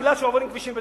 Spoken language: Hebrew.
כי עוברים כבישים בתוכן.